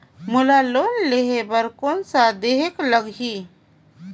मोला लोन लेहे बर कौन का देहेक लगही?